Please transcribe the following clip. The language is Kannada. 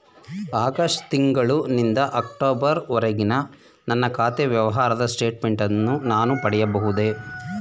ಆಗಸ್ಟ್ ತಿಂಗಳು ನಿಂದ ಅಕ್ಟೋಬರ್ ವರೆಗಿನ ನನ್ನ ಖಾತೆ ವ್ಯವಹಾರದ ಸ್ಟೇಟ್ಮೆಂಟನ್ನು ನಾನು ಪಡೆಯಬಹುದೇ?